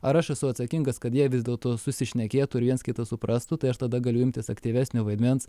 ar aš esu atsakingas kad jie vis dėlto susišnekėtų ir viens kitą suprastų tai aš tada galiu imtis aktyvesnio vaidmens